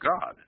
God